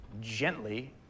gently